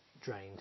drained